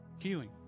Healing